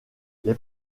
les